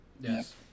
Yes